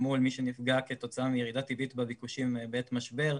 אל מול מי שנפגע כתוצאה מירידה טבעית בביקושים בעת משבר,